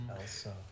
Elsa